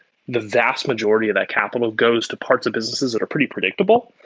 the vast majority of that capital goes to parts of businesses that are pretty predictable,